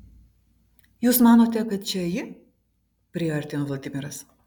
jūs manote kad čia ji priėjo artyn vladimiras